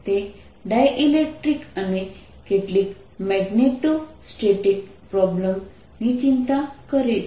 તે ડાઇલેક્ટ્રિક અને કેટલીક મૅગ્નેટોસ્ટેટિક્સ પ્રોબ્લેમ ની ચિંતા કરે છે